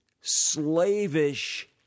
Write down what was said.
slavish